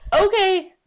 Okay